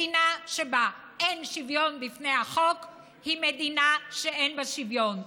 מדינה שבה אין שוויון בפני החוק היא מדינה שאין בה שוויון,